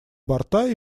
борта